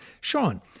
Sean